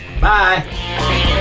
Bye